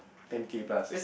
ten K plus